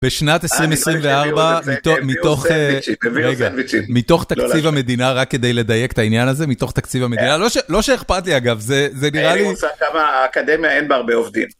בשנת 2024 מתוך תקציב המדינה, רק כדי לדייק את העניין הזה, מתוך תקציב המדינה לא שאכפת לי אגב זה נראה לי...אין לי מושג כמה, האקדמיה אין בה הרבה עובדים.